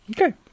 Okay